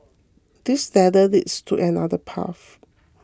this ladder leads to another path